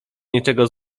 niczego